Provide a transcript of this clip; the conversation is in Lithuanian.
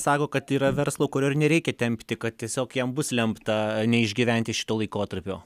sako kad yra verslo kurio ir nereikia tempti kad tiesiog jam bus lemta neišgyventi šito laikotarpio